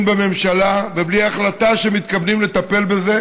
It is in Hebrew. בממשלה ובלי החלטה שמתכוונים לטפל בזה,